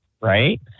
Right